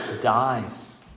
dies